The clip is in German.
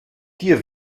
dir